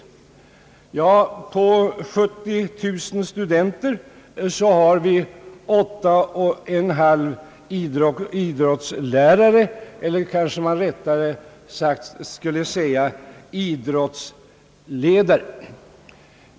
På 70 000 studenter har man åtta och en halv idrottsledare.